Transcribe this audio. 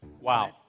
Wow